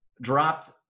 dropped